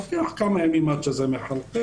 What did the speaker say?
לוקח כמה ימים עד שזה מחלחל,